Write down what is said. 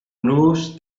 luz